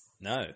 No